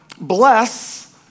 bless